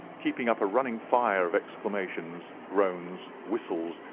keeping up a running fire of exclamations, groans, whistles,